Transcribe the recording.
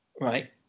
Right